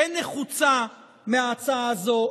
אין נחוצה מההצעה הזו.